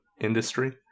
industry